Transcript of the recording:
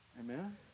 Amen